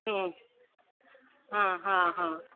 हम्म हा हा हा